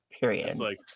Period